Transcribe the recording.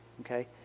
okay